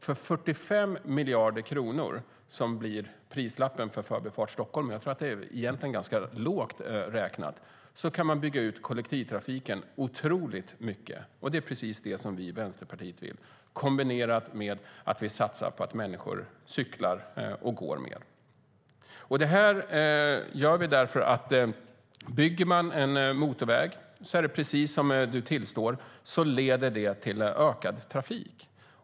För 45 miljarder kronor, som blir prislappen för Förbifart Stockholm, vilket är lågt räknat, kan man bygga ut kollektivtrafiken otroligt mycket. Det är vad vi i Vänsterpartiet vill. Det ska kombineras med att satsa på att människor kan cykla och gå mer. Om en motorväg byggs blir det, precis som Catharina Elmsäter-Svärd tillstår, ökad trafik.